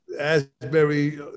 Asbury